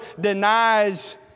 denies